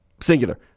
singular